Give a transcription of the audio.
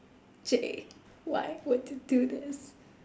J why would you do this